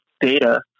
data